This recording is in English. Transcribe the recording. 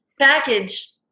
package